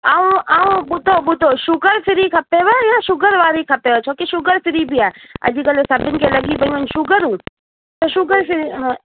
ऐं ऐं ॿुधो ॿुधो शुगर फ्री खपेव या शुगर वारी खपेव छो की शुगर फ्री बि आहे अॼुकल्ह सभिनि खे लॻी पियूं आहिनि शुगरूं त शुगर फ्री